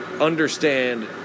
understand